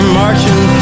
marching